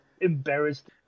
embarrassed